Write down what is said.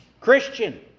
christian